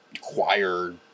choir